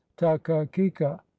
takakika